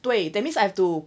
对 that means I have to